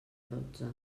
dotze